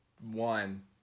One